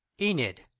enid